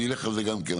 אני אלך על זה גם כן,